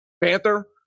Panther